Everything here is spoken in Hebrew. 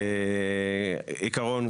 עיקרון,